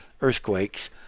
earthquakes